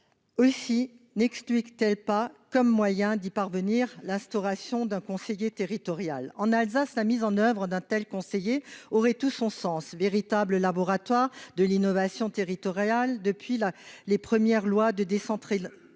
Elle n'excluait pas, pour y parvenir, d'instaurer un conseiller territorial. En Alsace, la mise en oeuvre d'un tel conseiller aurait tout son sens. Véritable laboratoire de l'innovation territoriale depuis les premières lois de décentralisation,